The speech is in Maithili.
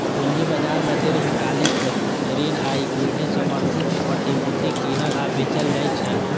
पूंजी बाजार मे दीर्घकालिक ऋण आ इक्विटी समर्थित प्रतिभूति कीनल आ बेचल जाइ छै